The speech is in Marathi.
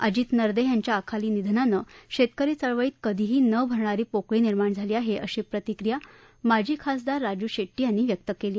अजित नरदे यांच्या अकाली निधनानं शेतकरी चळवळीत कधीही न भरणारी पोकळी निर्माण झाली आहे अशी प्रतिक्रिया माजी खासदार राजू शेट्टी यांनी व्यक्त केली आहे